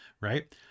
right